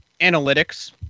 analytics